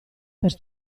per